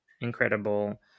incredible